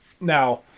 Now